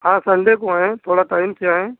हाँ संडे को आएं थोड़ा टाइम से आएं